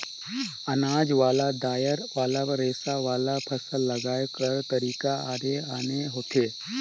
अनाज वाला, दायर वाला, रेसा वाला, फसल लगाए कर तरीका आने आने होथे